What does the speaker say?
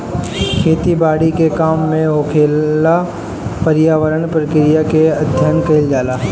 खेती बारी के काम में होखेवाला पर्यावरण प्रक्रिया के अध्ययन कईल जाला